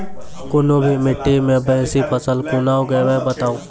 कूनू भी माटि मे बेसी फसल कूना उगैबै, बताबू?